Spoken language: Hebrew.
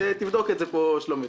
תבדוק את זה פה שלומית.